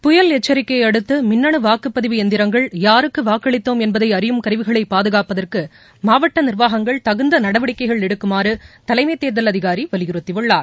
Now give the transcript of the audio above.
புயல் எச்சரிக்கையை அடுத்து மின்னணு வாக்குப்பதிவு இயந்திரங்கள் யாருக்கு வாக்களித்தோம் என்பதை அறியும் கருவிகளை பாதுகாப்பதற்கு மாவட்ட நிர்வாகங்கள் தகுந்த நடவடிக்கைகள் எடுக்குமாறு தலைமைத் தேர்தல் அதிகாரி வலியுறுத்தியுள்ளார்